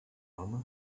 home